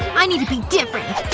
i need to be different!